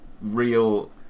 real